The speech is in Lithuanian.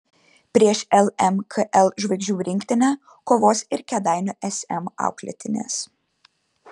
prieš lmkl žvaigždžių rinktinę kovos ir kėdainių sm auklėtinės